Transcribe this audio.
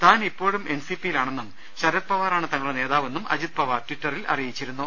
താൻ ഇപ്പോഴും എൻ സി പിയി ലാണെന്നും ശരത്പവാറാണ് തങ്ങളുടെ നേതാവാണെന്നും അജിത് പവാർ ട്വിറ്ററിൽ അറിയിച്ചിരുന്നു